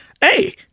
hey